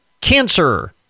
cancer